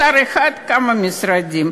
לשר אחד כמה משרדים.